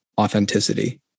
authenticity